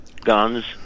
guns